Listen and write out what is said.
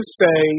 say